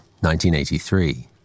1983